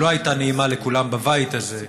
שלא הייתה נעימה לכולם בבית הזה,